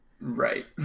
right